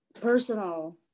personal